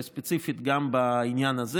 וספציפית גם בעניין הזה.